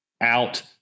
out